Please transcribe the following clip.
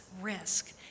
risk